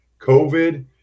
COVID